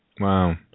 Wow